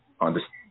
understand